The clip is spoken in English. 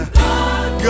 God